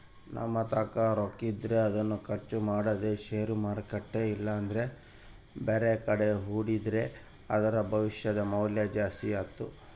ನಮ್ಮತಾಕ ರೊಕ್ಕಿದ್ರ ಅದನ್ನು ಖರ್ಚು ಮಾಡದೆ ಷೇರು ಮಾರ್ಕೆಟ್ ಇಲ್ಲಂದ್ರ ಬ್ಯಾರೆಕಡೆ ಹೂಡಿದ್ರ ಅದರ ಭವಿಷ್ಯದ ಮೌಲ್ಯ ಜಾಸ್ತಿ ಆತ್ತು